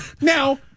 Now